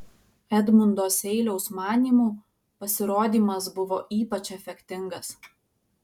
edmundo seiliaus manymu pasirodymas buvo ypač efektingas